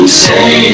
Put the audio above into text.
say